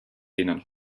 denen